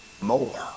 more